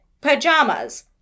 pajamas